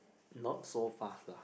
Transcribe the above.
not so fast lah